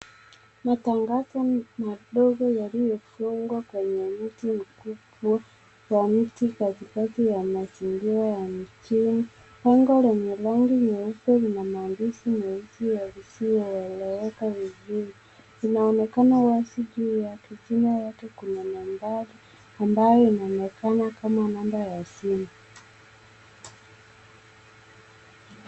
Matangazo madogo yaliyo fungwa kwenye mti mkubwa ya miti katikati ya mazingira ya mjini. Bango lenye rangi nyeupe lina maandishi nyeusi yasiyo eleweka vizuri, inaonekana wazi juu ya kijina yake kuna mandhari ambayo inaonekana kama namba ya simu.